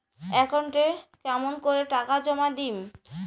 একাউন্টে কেমন করি টাকা জমা দিম?